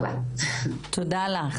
תודה תודה.